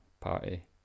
party